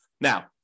Now